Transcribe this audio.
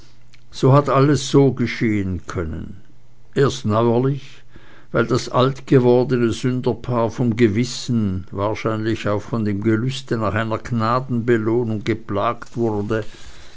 so hat alles so geschehen können erst neuerlich weil das alt gewordene sünderpaar vom gewissen wahrscheinlich auch von dem gelüste nach einer gnadenbelohnung geplagt wurde